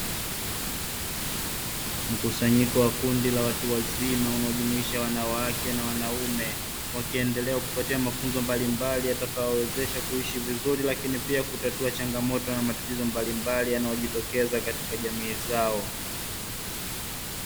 Mkusanyiko wa kundi la watu wazima unaojumuisha wanawake na wanaume, wakiendelea kupatiwa mafunzo mbalimbali yatakayo wawezesha kuishi vizuri, lakini pia kutatua changamoto na matatizo mbalimbali yanayojitokeza katika jamii zao.